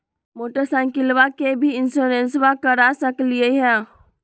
मोटरसाइकिलबा के भी इंसोरेंसबा करा सकलीय है?